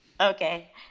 Okay